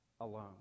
alone